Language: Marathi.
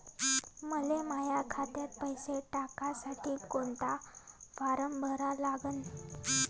मले माह्या खात्यात पैसे टाकासाठी कोंता फारम भरा लागन?